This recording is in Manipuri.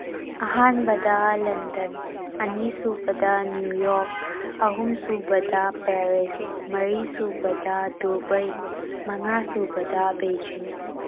ꯑꯍꯥꯟꯕꯗ ꯂꯟꯗꯟ ꯑꯅꯤꯁꯨꯕꯗ ꯅ꯭ꯌꯨꯌꯣꯛ ꯑꯍꯨꯝꯁꯨꯕꯗ ꯄꯦꯔꯤꯁ ꯃꯔꯤꯁꯨꯕꯗ ꯗꯨꯕꯩ ꯃꯉꯥꯁꯨꯕꯗ ꯕꯩꯖꯤꯡ